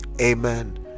amen